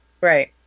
Right